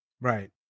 Right